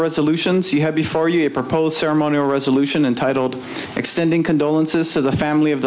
resolutions you had before you proposed ceremonial resolution and titled extending condolences to the family of